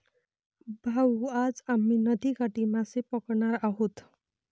भाऊ, आज आम्ही नदीकाठी मासे पकडणार आहोत